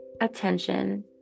attention